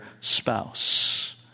spouse